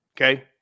Okay